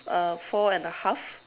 uh four and a half